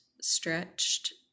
stretched